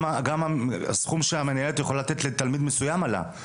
גם הסכום שמנהלת יכולה לתת לתלמיד מסוים עלה,